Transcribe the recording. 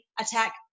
attack